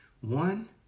One